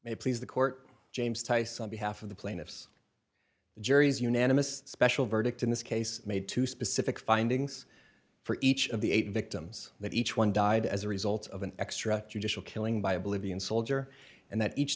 may please the court james tice on behalf of the plaintiffs juries unanimous special verdict in this case made two specific findings for each of the eight victims that each one died as a result of an extra judicial killing by oblivion soldier and that each